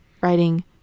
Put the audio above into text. writing